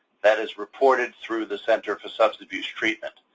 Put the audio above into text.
that is reported through the center for substance abuse treatment.